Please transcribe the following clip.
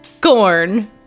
corn